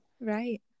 Right